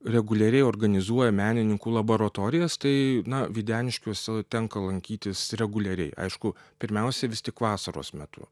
reguliariai organizuoja menininkų laboratorijas tai na videniškiuose tenka lankytis reguliariai aišku pirmiausia vis tik vasaros metu